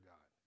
God